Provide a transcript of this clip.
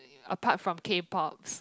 apart from K-Pop